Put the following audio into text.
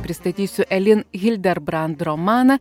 pristatysiu elin hilderbrand romaną